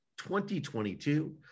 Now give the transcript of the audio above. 2022